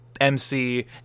mc